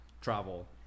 travel